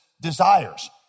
desires